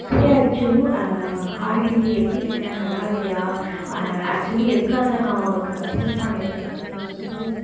ஏ அச்சு ஹாய் டி எப்படி இருக்க நல்லா இருக்கியா ஆக்ச்வலி எதுக்காக நான் உனக்கு மெசேஜ் பண்ணிருக்கேனா இன்னைக்கு வந்து